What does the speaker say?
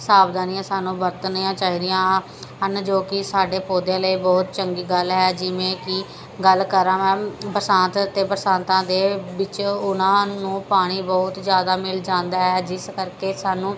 ਸਾਵਧਾਨੀਆਂ ਸਾਨੂੰ ਵਰਤਣੀਆਂ ਚਾਹੀਦੀਆਂ ਹਨ ਜੋ ਕਿ ਸਾਡੇ ਪੌਦਿਆਂ ਲਈ ਬਹੁਤ ਚੰਗੀ ਗੱਲ ਹੈ ਜਿਵੇਂ ਕਿ ਗੱਲ ਕਰਾਂ ਮੈਂ ਬਰਸਾਤ ਅਤੇ ਬਰਸਾਤਾਂ ਦੇ ਵਿੱਚ ਉਨ੍ਹਾਂ ਨੂੰ ਪਾਣੀ ਬਹੁਤ ਜ਼ਿਆਦਾ ਮਿਲ ਜਾਂਦਾ ਹੈ ਜਿਸ ਕਰਕੇ ਸਾਨੂੰ